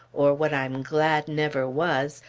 or what i'm glad never was,